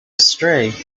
astray